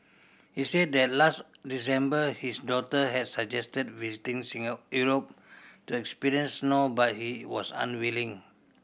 he said that last December his daughter had suggested visiting Europe to experience snow but he was unwilling